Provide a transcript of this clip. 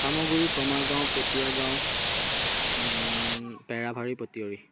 চামগুড়ি কমা গাঁও পটীয়া গাঁও পেৰাভাৰী পটীয়ৰি